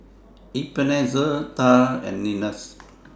Ebenezer Tal and Linus